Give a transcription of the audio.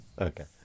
Okay